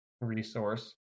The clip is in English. resource